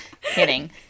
Kidding